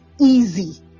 easy